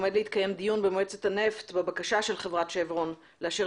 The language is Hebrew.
עומד להתקיים במועצת הנפט דיון בבקשה של חברת שברון לאשר